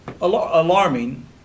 alarming